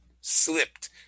slipped